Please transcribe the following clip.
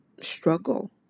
struggle